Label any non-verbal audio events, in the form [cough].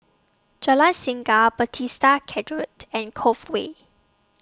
Jalan Singa Bethesda [unintelligible] and Cove Way